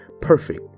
perfect